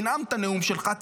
תנאם את הנאום שלך,